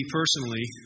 personally